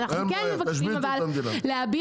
ואז במקרה הזה אנחנו עוברים לתהליך רישוי